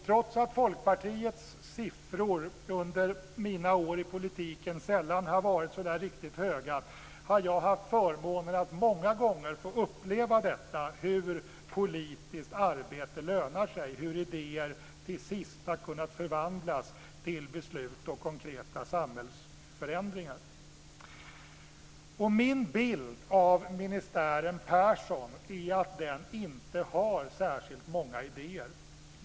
Trots att Folkpartiets siffror under mina år i politiken sällan har varit så där riktigt höga, har jag haft förmånen att många gånger få uppleva hur politiskt arbete lönar sig och hur idéer till sist har kunnat förvandlas till beslut och konkreta samhällsförändringar. Min bild av ministären Persson är att den inte har särskilt många idéer.